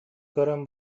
көрөн